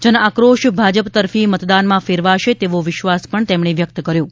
જનઆક્રોશ ભાજપ તરફી મતદાનમાં ફેરવાશે તેવો વિશ્વાસ પણ તેમણે વ્યક્ત કર્યો છે